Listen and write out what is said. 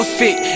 fit